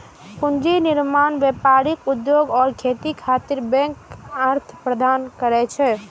पूंजी निर्माण, व्यापार, उद्योग आ खेती खातिर बैंक अर्थ प्रबंधन करै छै